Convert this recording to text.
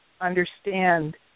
understand